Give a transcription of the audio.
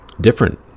different